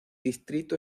distrito